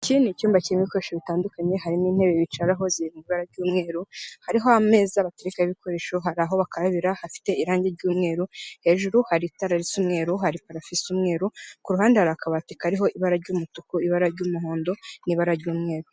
Iki ni cyumba kirimo ibikoresho bitandukanye harimo intebe bicaraho ziri mw’ibara ry'umweru, hariho ameza baterekaho ibikoresho, hari aho bakarabira hafite irangi ry'umweru, hejuru hari itara risa umweru, hari parafo isa umweru, ku ruhande har’akabati kariho ibara ry'umutuku, ibara ry'umuhondo, n'ibara ry'umweru.